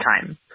time